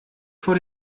vor